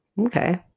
Okay